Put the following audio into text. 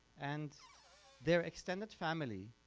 and their extended family